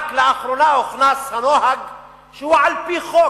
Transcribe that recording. רק לאחרונה הוכנס הנוהג שהוא על-פי חוק.